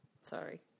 Sorry